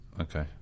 Okay